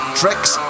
tricks